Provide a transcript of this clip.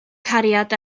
cariad